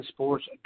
Sports